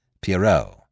Pierrot